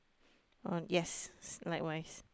on yes likewise